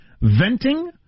Venting